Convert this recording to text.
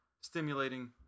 stimulating